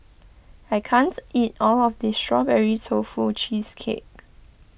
I can't eat all of this Strawberry Tofu Cheesecake